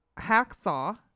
hacksaw